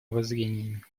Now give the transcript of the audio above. воззрениями